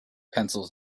pencils